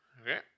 Okay